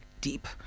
deep